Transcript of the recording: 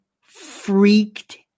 freaked